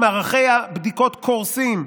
מערכי הבדיקות קורסים.